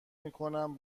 میکنم